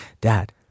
Dad